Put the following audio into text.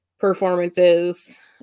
Performances